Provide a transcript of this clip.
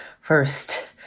first